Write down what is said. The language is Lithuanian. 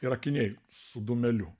ir akiniai su dūmeliu